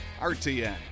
RTN